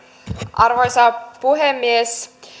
arvoisa puhemies